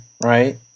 right